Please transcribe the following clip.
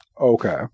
Okay